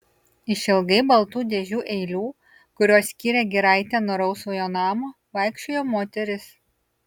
išilgai baltų dėžių eilių kurios skyrė giraitę nuo rausvojo namo vaikščiojo moteris